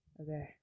Okay